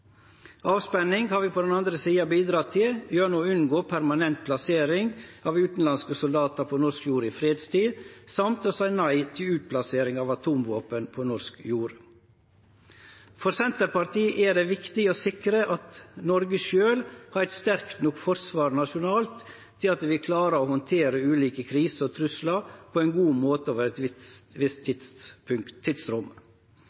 Avspenning har vi på den andre sida bidratt til gjennom å unngå permanent plassering av utanlandske soldatar på norsk jord i fredstid og ved å seie nei til utplassering av atomvåpen på norsk jord. For Senterpartiet er det viktig å sikre at Noreg sjølv har eit sterkt nok forsvar nasjonalt til at vi klarer å handtere ulike kriser og truslar på ein god måte over eit